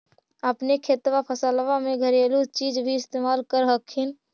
अपने खेतबा फसल्बा मे घरेलू चीज भी इस्तेमल कर हखिन?